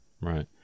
Right